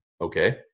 okay